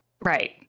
Right